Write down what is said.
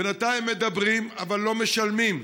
בינתיים מדברים אבל לא משלמים,